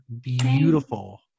beautiful